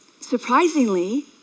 surprisingly